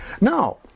Now